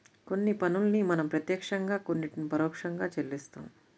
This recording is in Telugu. కొన్ని పన్నుల్ని మనం ప్రత్యక్షంగా కొన్నిటిని పరోక్షంగా చెల్లిస్తాం